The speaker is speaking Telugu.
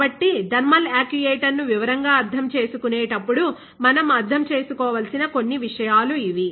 కాబట్టి థర్మల్ యాక్యుయేటర్ను వివరంగా అర్థం చేసుకునేటప్పుడు మనం అర్థం చేసుకోవలసిన కొన్ని విషయాలు ఇవి